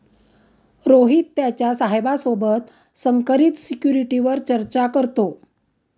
रोहित त्याच्या साहेबा सोबत संकरित सिक्युरिटीवर चर्चा करतो